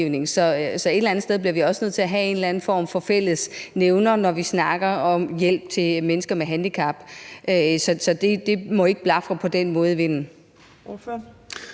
Så et eller andet sted bliver vi også nødt til at have en eller anden form for fællesnævner, når vi snakker om hjælp til mennesker med handicap. Det må ikke på den måde blafre